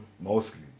mostly